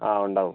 ആ ഉണ്ടാവും